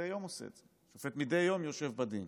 שופט יושב בדין